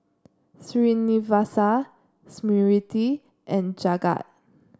Srinivasa Smriti and Jagat